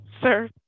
sir